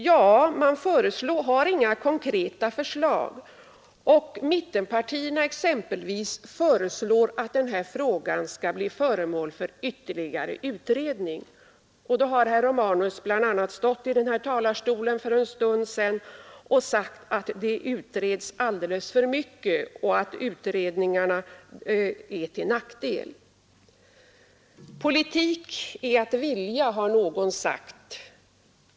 Ja, man har inga konkreta förslag, och mittenpartierna föreslår att denna fråga skall bli föremål för ytterligare utredning. Och då har herr Romanus för en stund sedan stått i denna talarstol och sagt att det utreds alldeles för mycket och att utredningarna är till nackdel! Politik är att vilja, har någon sagt.